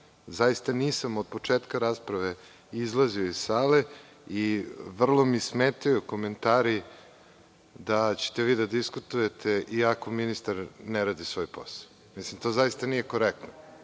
Zaista nisam od početka rasprave izlazio iz sale i vrlo mi smetaju komentari da ćete vi da diskutujete iako ministar ne radi svoj posao. Mislim da to zaista nije korektno.